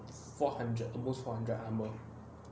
four hundred almost four hundred amours